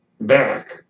back